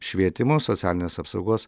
švietimo socialinės apsaugos